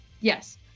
yes